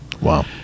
Wow